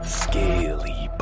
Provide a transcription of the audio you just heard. scaly